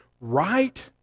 right